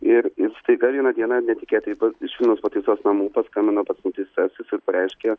ir ir staiga vieną dieną netikėtai pa iš vilniaus pataisos namų paskambino pats nuteistasis ir pareiškė